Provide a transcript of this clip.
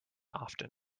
often